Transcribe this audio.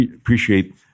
appreciate